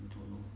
I don't know